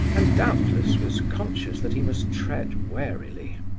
and doubtless was conscious that he must tread warily.